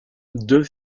deux